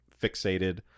fixated